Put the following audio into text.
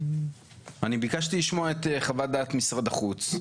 אני ביקשתי לשמוע את חוות דעת משרד החוץ.